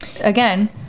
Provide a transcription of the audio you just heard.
again